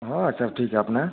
हाँ सब ठीक है अपना